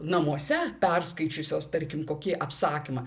namuose perskaičiusios tarkim kokį apsakymą